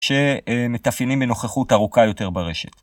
שמתאפיינים בנוכחות ארוכה יותר ברשת.